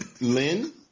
Lynn